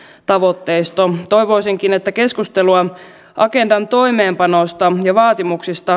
tavoitteisto toivoisinkin että keskustelua agendan toimeenpanosta ja vaatimuksista